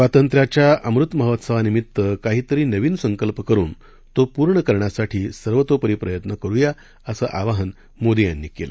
स्वातंत्र्याच्या अमृत महोत्सवानिमित्त काहीतरी नवीन संकल्प करून तो पूर्ण करण्यासाठी सर्वतोपरी प्रयत्न करु या असं आवाहन मोदी यांनी केलं